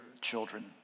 children